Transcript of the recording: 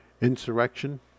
insurrection